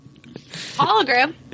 Hologram